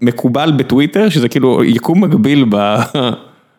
מקובל בטוויטר שזה כאילו יקום מקביל.